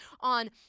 on